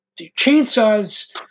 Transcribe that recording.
chainsaws